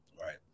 Right